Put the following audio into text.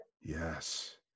Yes